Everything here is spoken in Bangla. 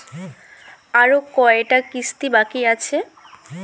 আরো কয়টা কিস্তি বাকি আছে?